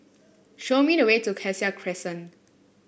show me the way to Cassia Crescent